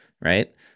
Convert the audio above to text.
right